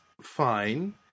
fine